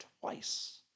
twice